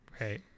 Right